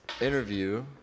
interview